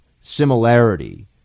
similarity